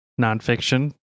nonfiction